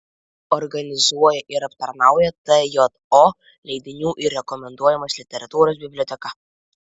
organizuoja ir aptarnauja tjo leidinių ir rekomenduojamos literatūros biblioteką